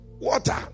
water